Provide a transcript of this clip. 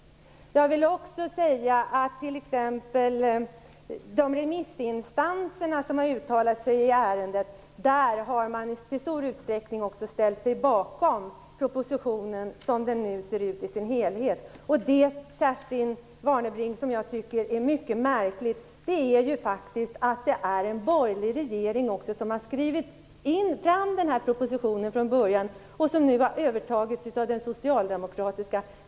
De remissinstanser som har uttalat sig i ärendet har i stor utsträckning också ställt sig bakom propositionen, som den nu ser ut, i sin helhet. Det som jag tycker är mycket märkligt, Kerstin Warnerbring, är att det faktiskt är en borgerlig regering som från början har skrivit den proposition som nu har övertagits av den socialdemokratiska regeringen.